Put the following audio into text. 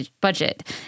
budget